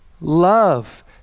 love